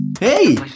Hey